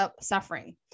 suffering